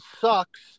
sucks